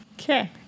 okay